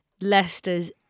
Leicester's